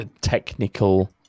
technical